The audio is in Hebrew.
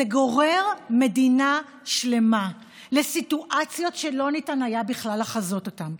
זה גורר מדינה שלמה לסיטואציות שלא היה אפשר בכלל לחזות אותן.